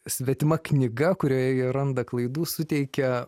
svetima knyga kurioj jie randa klaidų suteikia